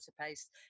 paste